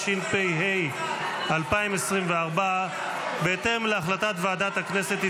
התשפ"ה 2024. בהתאם להחלטת ועדת הכנסת,